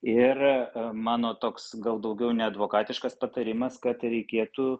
ir mano toks gal daugiau neadvokatiškas patarimas kad reikėtų